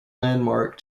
landmark